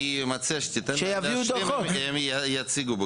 אני מציע שתיתן להם להמשיך והם יציגו.